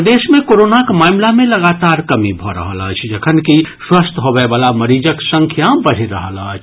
प्रदेश मे कोरोनाक मामिला मे लगातार कमी भऽ रहल अछि जखन कि स्वस्थ होबय वला मरीजक संख्या बढ़ि रहल अछि